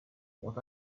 what